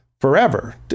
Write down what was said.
forever